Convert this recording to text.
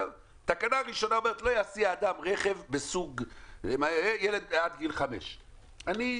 התקנה הראשונה אומרת: לא יסיע אדם ילד עד גיל 5. אני,